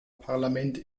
parlament